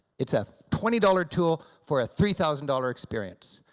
it's a twenty dollar tool for a three thousand dollar experience.